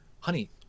honey